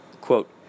quote